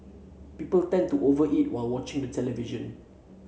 people tend to over eat while watching the television